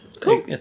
Cool